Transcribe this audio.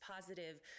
positive